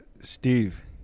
Steve